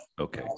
Okay